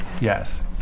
Yes